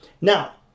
Now